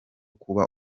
kuba